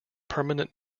permanent